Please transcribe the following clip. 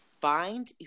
find